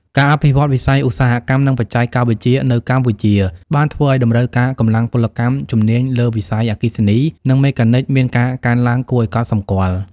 ការអភិវឌ្ឍន៍វិស័យឧស្សាហកម្ម និងបច្ចេកវិទ្យានៅកម្ពុជា បានធ្វើឱ្យតម្រូវការកម្លាំងពលកម្មជំនាញលើវិស័យអគ្គិសនី និងមេកានិកមានការកើនឡើងគួរឱ្យកត់សម្គាល់។